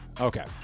Okay